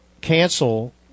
cancel